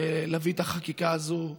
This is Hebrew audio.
להביא את החקיקה הזאת.